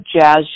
jazz